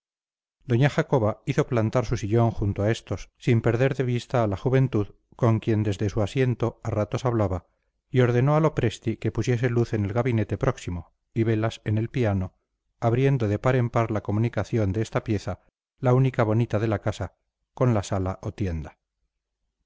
doña jacoba hizo plantar su sillón junto a estos sin perder de vista a la juventud con quien desde su asiento a ratos hablaba y ordenó a lopresti que pusiese luz en el gabinete próximo y velas en el piano abriendo de par en par la comunicación de esta pieza la única bonita de la casa con la sala o tienda